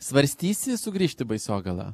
svarstysi sugrįžti į baisogalą